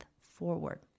forward